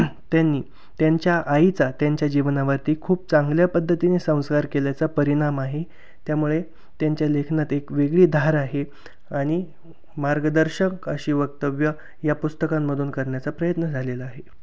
त्यांनी त्यांच्या आईचा त्यांच्या जीवनावरती खूप चांगल्या पद्धतीने संस्कार केल्याचा परिणाम आहे त्यामुळे त्यांच्या लेखनात एक वेगळी धार आहे आणि मार्गदर्शक अशी वक्तव्यं या पुस्तकांमधून करण्याचा प्रयत्न झालेला आहे